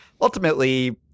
ultimately